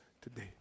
today